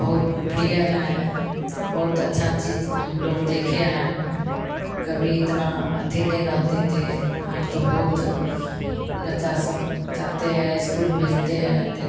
बहुत प्रिय है बहुत अच्छी चीज़ हमलोग देखे हैं कभी इतना अथी नहीं रहते थे अब तो बहुत बच्चा सब जाते हैं स्कूल भेजते हैं देख